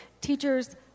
Teachers